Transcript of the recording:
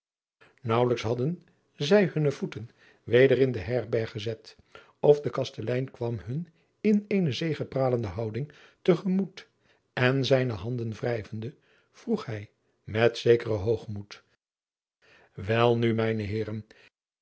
aauwelijks hadden zij hunne voeten weder in de herberg gezet of de kastelein kwam hun in eene zegepralende houding te gemoet en zijne handen wrijvende vroeg hij met zekeren hoogmoed el nu mijne eeren